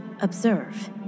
observe